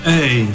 Hey